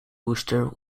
wooster